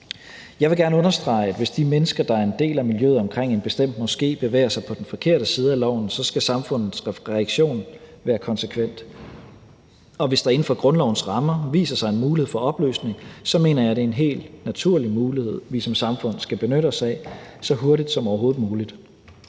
Jeg vil gerne understrege, at hvis de mennesker, der er en del af miljøet omkring en bestemt moské, bevæger sig på den forkerte side af loven, så skal samfundets reaktion være konsekvent. Og hvis der inden for grundlovens rammer viser sig en mulighed for opløsning, mener jeg, det er en helt naturlig mulighed, vi som samfund skal benytte os af så hurtigt som overhovedet muligt.